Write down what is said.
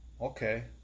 okay